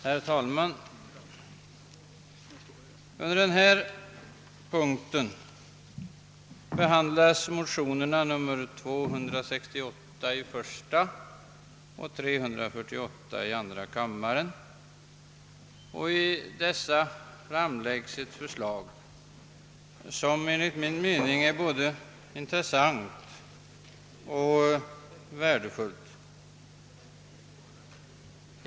Herr talman! Under denna punkt behandlas motionerna nr 268 i första och nr 348 i andra kammaren. I dessa framlägges ett förslag som enligt min mening är både intressant och värdefullt.